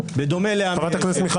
מנקד